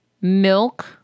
milk